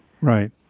Right